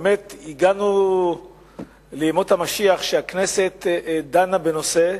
באמת הגענו לימות המשיח שהכנסת דנה בנושא,